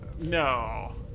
No